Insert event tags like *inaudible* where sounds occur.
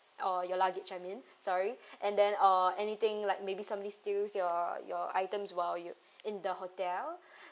or your luggage I mean sorry and then or anything like maybe somebody steals your your items while you in the hotel *breath*